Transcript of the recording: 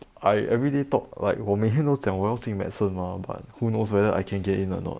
I everyday talk like 我每天都讲我要进 medicine mah but who knows whether I can get in or not